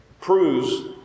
Proves